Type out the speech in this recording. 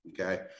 okay